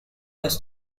was